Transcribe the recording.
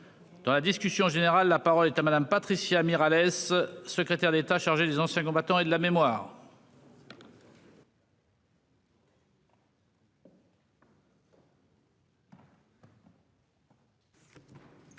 Dans la discussion générale. La parole est à madame Patricia Mirallès, secrétaire d'État chargé des Anciens combattants et de la mémoire. Monsieur